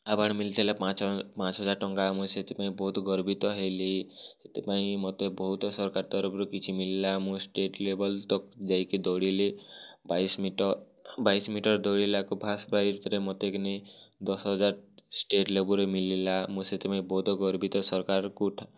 award ମିଳିଥିଲା ପାଞ୍ଚ ପାଞ୍ଚ ହଜାର ଟଙ୍କା ମୁଁ ସେଥିପାଇଁ ବହୁତ ଗର୍ବିତ ହେଲି ସେଥିପାଇଁ ମୋତେ ବହୁତ ସରକାର ତରଫରୁ କିଛି ମିଳିଲା ମୁଁ ଷ୍ଟେଟ୍ ଲେବଲ୍ ତକ୍ ଯାଇକି ଦୌଡ଼ିଲି ବାଇଶ୍ ମିଟର୍ ବାଇଶି ମିଟର୍ ଦୌଡ଼ିଲାକୁ ଫାଷ୍ଟ୍ ପ୍ରାଇଜ୍ରେ ମତେ କିନି ଦଶ ହଜାର୍ ଷ୍ଟେଟ୍ ଲେବୁଲ୍ରେ ମିଲିଲା ମୁଁ ସେଥିପାଇଁ ବହୁତ ଗର୍ବିତ ସରକାର୍କୁ